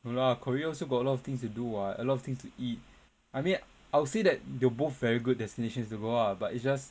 !walao! korea also got a lot of things to do what a lot of things to eat I mean I'll say that they are both very good destinations to go ah but it's just